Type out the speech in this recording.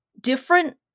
different